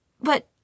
But